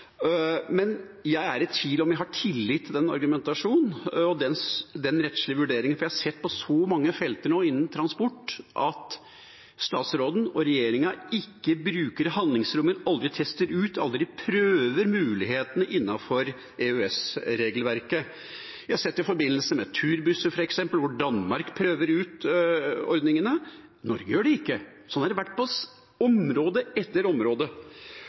men jeg er i tvil om jeg har tillit til den argumentasjonen og den rettslige vurderingen, for jeg har sett, på så mange felter nå innen transport, at statsråden og regjeringa ikke bruker handlingsrommet, aldri tester ut, aldri prøver mulighetene innenfor EØS-regelverket. Jeg har sett det i forbindelse med f.eks. turbusser, hvor Danmark prøver ut ordningene. Norge gjør det ikke. Sånn har det vært på område etter område.